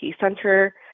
Center